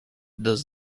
does